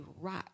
rock